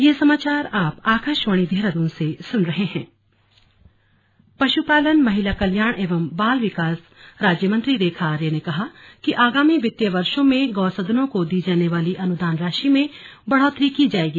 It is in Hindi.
स्लग राजकीय अनुदान आंवटन पश्पालन महिला कल्याण एवं बाल विकास राज्यमंत्री रेखा आर्य ने कहा कि आगामी वित्तीय वर्षो में गौसदनों को दी जाने वाली अनुदान राशि में बढ़ोतरी की जाएगी